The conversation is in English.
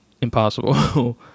impossible